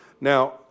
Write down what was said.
Now